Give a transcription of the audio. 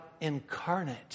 incarnate